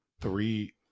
three